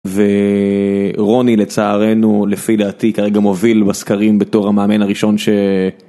ורוני לצערנו לפי דעתי כרגע מוביל בסקרים בתור המאמן הראשון.